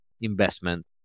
investment